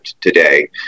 today